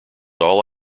all